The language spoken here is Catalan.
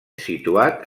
situat